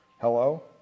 Hello